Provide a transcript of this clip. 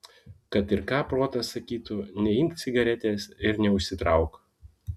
kad ir ką protas sakytų neimk cigaretės ir neužsitrauk